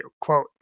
quote